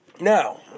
Now